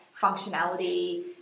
functionality